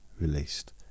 released